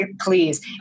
Please